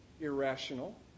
irrational